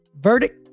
Verdict